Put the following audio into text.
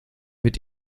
mit